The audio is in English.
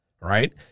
Right